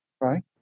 right